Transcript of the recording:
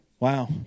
Wow